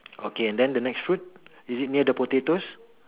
okay then the next fruit is it near the potatoes